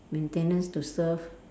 maintenance to serve